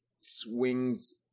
swings